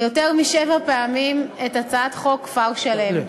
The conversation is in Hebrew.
יותר משבע פעמים את הצעת חוק כפר-שלם.